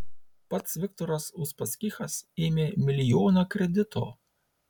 pats viktoras uspaskichas ėmė milijoną kredito